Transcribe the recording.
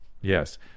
Yes